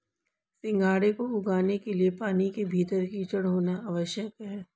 सिंघाड़े को उगाने के लिए पानी के भीतर कीचड़ होना आवश्यक है